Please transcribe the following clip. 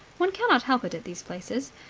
one cannot help it at these places.